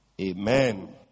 Amen